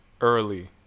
early